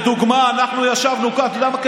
כדוגמה, אנחנו ישבנו כאן, אתה יודע מה?